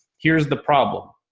here's the problem.